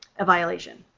a violation.